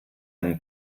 einen